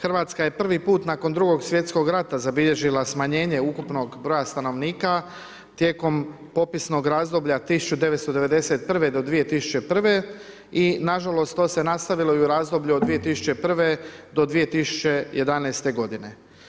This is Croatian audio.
Hrvatska je prvi put nakon II. svjetskog rata zabilježila smanjenje ukupnog broja stanovnika tijekom popisnog razdoblja 1991. do 2001. i nažalost to se nastavilo i u razdoblju od 2001. do 2011. godine.